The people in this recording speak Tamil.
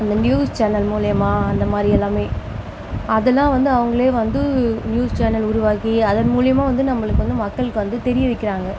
அந்த நியூஸ் சேனல் மூலயமா அந்த மாதிரி எல்லாமே அதெல்லாம் வந்து அவங்களே வந்து நியூஸ் சேனல் உருவாக்கி அதன் மூலயமா வந்து நம்மளுக்கு வந்து மக்களுக்கு வந்து தெரிய வைக்கிறாங்க